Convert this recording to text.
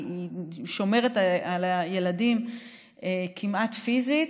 היא שומרת על הילדים כמעט פיזית,